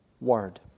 word